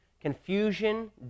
confusion